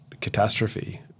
catastrophe